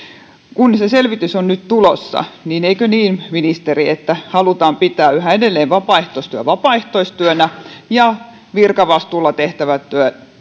kun se selvitys on nyt tulossa niin eikö niin ministeri että halutaan pitää yhä edelleen vapaaehtoistyö vapaaehtoistyönä ja virkavastuulla tehtävä työ